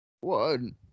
One